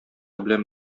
белән